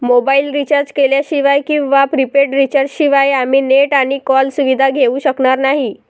mobile recharge केल्याशिवाय किंवा prepaid recharge शिवाय आम्ही नेट आणि कॉल सुविधा घेऊ शकणार नाही